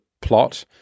plot